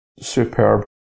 superb